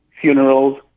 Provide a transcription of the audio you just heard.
funerals